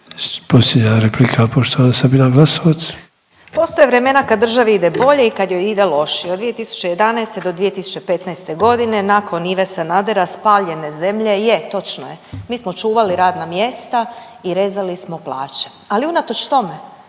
Posljednja replika poštovana Sabina Glasovac. **Glasovac, Sabina (SDP)** Postoje vremena kad državi ide bolje i kad joj ide lošije, od 2011. do 2015.g. nakon Ive Sanadera i spaljene zemlje je točno je, mi smo čuvali radna mjesta i rezali smo plaće, ali unatoč tome